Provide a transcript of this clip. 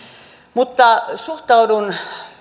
mutta suhtaudun